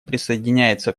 присоединяется